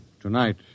Tonight